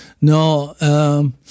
No